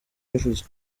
yavuze